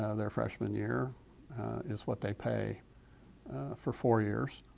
ah their freshman year is what they pay for four years.